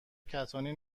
کتانی